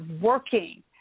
working